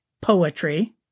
poetry